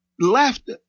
left